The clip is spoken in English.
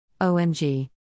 OMG